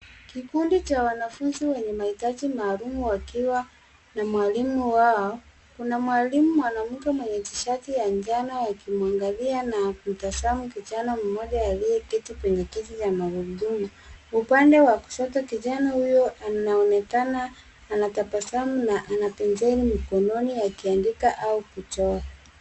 Kikundi cha wanafunzi wenye mahitaji maalum, wakiwa na mwalimu wao. Kuna mwalimu mwanamke mwenye tishati ya njano wakimwangalia na kutazama kijana mmoja aliyeketi kwenye kiti cha magurudumu. Upande wa kushoto, kijana huyo anaonekana anatabasamu na ana penseli mkononi akiandika au kuchora.